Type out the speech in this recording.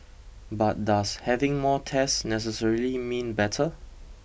but does having more tests necessarily mean better